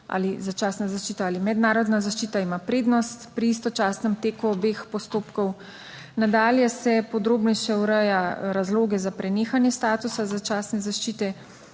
ali začasna zaščita ali mednarodna zaščita ima prednost pri istočasnem teku obeh postopkov. Nadalje se podrobneje ureja razloge za prenehanje statusa začasne zaščite.